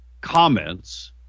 comments